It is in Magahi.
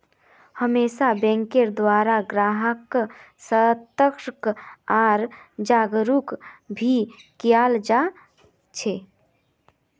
हमेशा बैंकेर द्वारा ग्राहक्क सतर्क आर जागरूक भी कियाल जा छे